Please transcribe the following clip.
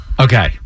Okay